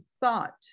thought